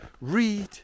read